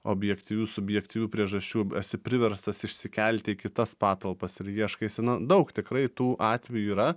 objektyvių subjektyvių priežasčių esi priverstas išsikelti į kitas patalpas ir ieškaisi na daug tikrai tų atvejų yra